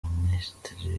minisitiri